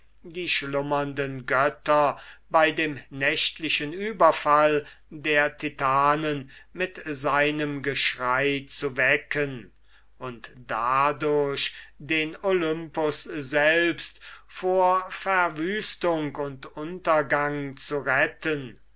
die schlummernden götter bei dem nächtlichen überfall der titanen mit seinem geschrei zu wecken und dadurch den olympus selbst vor verwüstung und untergang zu retten